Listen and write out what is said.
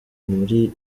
muri